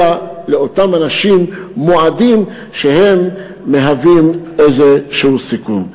אלא לאותם אנשים מועדים, שהם מהווים איזה סיכון.